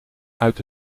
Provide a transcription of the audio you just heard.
uit